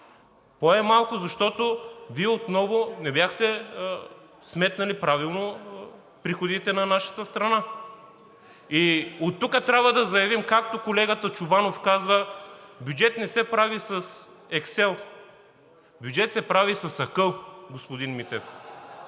По-малко е, защото Вие отново не бяхте сметнали правилно приходите на нашата страна. И оттук трябва да заявим, както колегата Чобанов каза: бюджет не се прави с Exel, бюджет се прави с акъл, господин Митев.